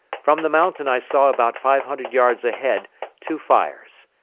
from the mountain i saw about five hundred yards ahead two fires.